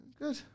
Good